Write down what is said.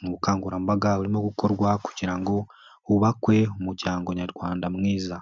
mu bukangurambaga barimo gukorwa kugira ngo hubakwe umuryango nyarwanda mwiza.